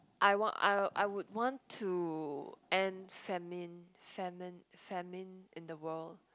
I want I I would want to end famine famine famine in the world